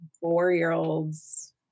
four-year-olds